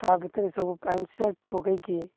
ତା ଭିତରେ ସବୁ ପ୍ୟାଣ୍ଟ୍ ସାର୍ଟ୍ ପକେଇକି